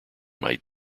might